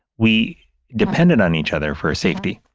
we depended on each other for safety.